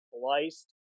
sliced